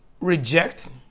reject